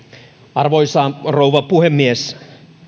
arvoisa rouva puhemies